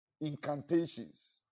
Incantations